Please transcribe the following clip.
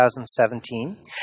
2017